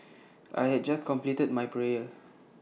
I had just completed my prayer